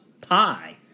pie